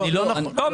תגידו או לא תגידו,